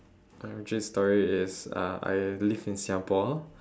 origin story is uh I live in singapore